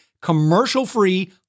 commercial-free